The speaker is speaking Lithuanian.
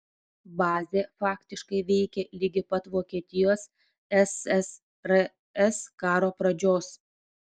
bazė faktiškai veikė ligi pat vokietijos ssrs karo pradžios